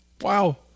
Wow